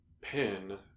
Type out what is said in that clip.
pin